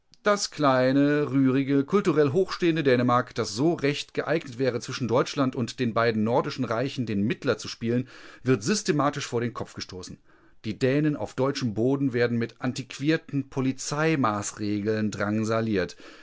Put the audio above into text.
das kleine rührige kulturell hochstehende dänemark das so recht geeignet wäre zwischen deutschland und den beiden nordischen reichen den mittler zu spielen wird systematisch vor den kopf gestoßen die dänen auf deutschem boden werden mit antiquierten polizeimaßregeln drangsaliert